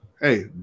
hey